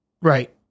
Right